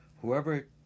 whoever